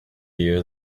you